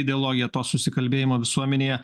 ideologija to susikalbėjimo visuomenėje